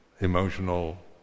emotional